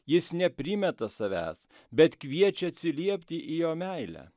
jis neprimeta savęs bet kviečia atsiliepti į jo meilę